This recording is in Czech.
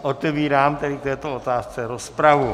Otevírám tedy k této otázce rozpravu.